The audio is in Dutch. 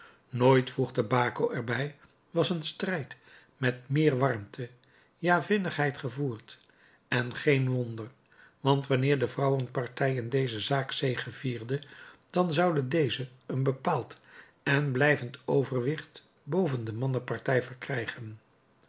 nooit voegde baco er bij was een strijd met meer warmte ja vinnigheid gevoerd en geen wonder want wanneer de vrouwenpartij in deze zaak zegevierde dan zoude deze een bepaald en blijvend overwicht boven de mannenpartij verkrijgen